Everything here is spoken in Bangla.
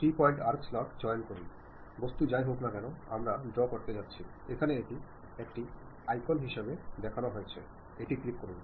3 পয়েন্ট আর্ক স্লট চয়ন করুন বস্তু যাই হোক না কেন আমরা ড্রও করতে যাচ্ছি এখানে এটি একটি আইকন হিসাবে দেখানো হয়েছে এটি ক্লিক করুন